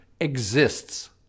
exists